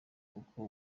kuko